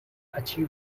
achieve